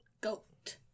Goat